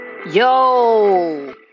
Yo